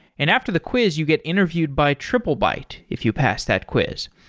and after the quiz you get interviewed by triplebyte if you pass that quiz.